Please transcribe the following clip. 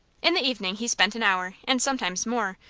in the evening he spent an hour, and sometimes more,